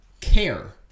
care